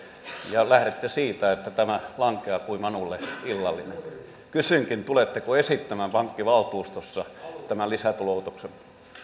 ja lähdette siitä että tämä lankeaa kuin manulle illallinen kysynkin tuletteko esittämään pankkivaltuustossa tämän lisätuloutuksen